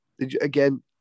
Again